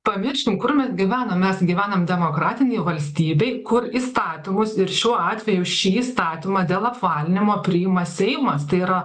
pamirškim kur mes gyvenom mes gyvenam demokratinėj valstybėj kur įstatymus ir šiuo atveju šį įstatymą dėl apvalinimo priima seimas tai yra